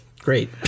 great